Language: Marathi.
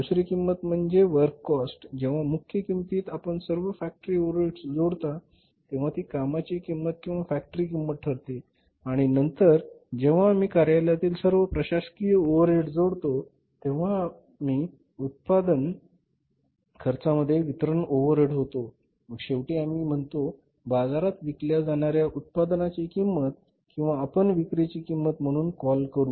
जेव्हा मुख्य किंमतीत आपण सर्व फॅक्टरी ओव्हरहेड्स जोडता तेव्हा ती कामाची किंमत किंवा फॅक्टरी किंमत ठरते आणि नंतर जेव्हा आम्ही कार्यालयातील सर्व प्रशासकीय ओव्हरहेड्स जोडतो तेव्हा आम्ही उत्पादन खर्चाची गणना करतो आणि नंतर जेव्हा आम्ही गणना करतो तेव्हा विक्री वाढवते आणि उत्पादन खर्चामध्ये वितरण ओव्हरहेड होते मग शेवटी आम्ही म्हणतो बाजारात विकल्या जाणाऱ्या उत्पादनाची किंमत किंवा आपण विक्रीची किंमत म्हणून कॉल करू